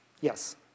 Yes